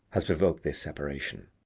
has provoked this separation.